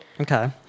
Okay